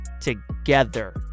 together